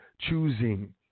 Choosing